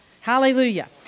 Hallelujah